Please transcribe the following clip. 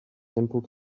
simple